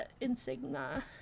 insignia